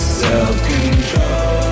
self-control